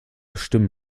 stimme